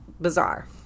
bizarre